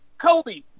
Kobe